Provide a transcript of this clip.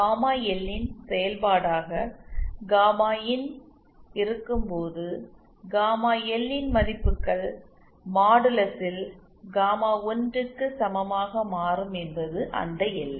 gamma L ன் செயல்பாடாக gamma இன் இருக்கும்போது காமா எல் ன் மதிப்புகள் மாடுலஸில் காமா 1 க்கு சமமாக மாறும் என்பது அந்த எல்லை